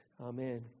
Amen